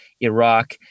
Iraq